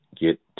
get